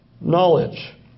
knowledge